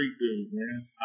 man